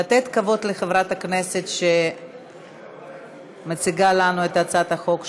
לתת כבוד לחברת הכנסת שמציגה לנו את הצעת החוק שלה.